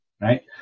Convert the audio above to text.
right